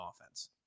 offense